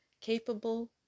capable